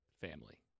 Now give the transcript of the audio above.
family